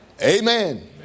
Amen